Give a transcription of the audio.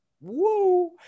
woo